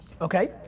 Okay